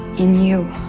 in you,